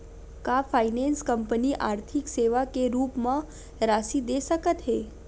का finance company आर्थिक सेवा के रूप म राशि दे सकत हे?